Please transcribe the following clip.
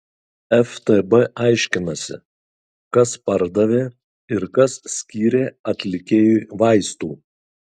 ftb aiškinasi kas pardavė ir kas skyrė atlikėjui vaistų